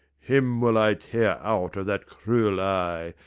him will i tear out of that cruel eye,